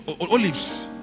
Olives